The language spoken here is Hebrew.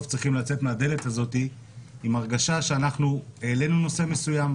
צריכים לצאת מהדלת הזו עם הרגשה שהעלינו נושא מסוים,